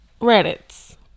Reddit's